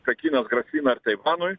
pekinas grasina ir taivanui